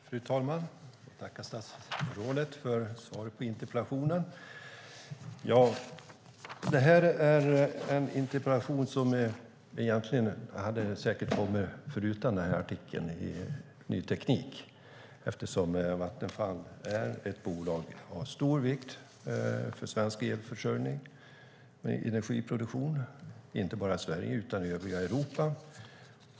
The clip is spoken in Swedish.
Fru talman! Jag vill tacka statsrådet för svaret på interpellationen. Den här interpellationen hade säkert kommit även utan artikeln i Ny Teknik som jag hänvisade till i interpellationen, eftersom Vattenfall är ett bolag av stor vikt för svensk elförsörjning med energiproduktion inte bara i Sverige utan också i övriga Europa.